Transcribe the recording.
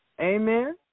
Amen